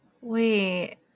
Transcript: Wait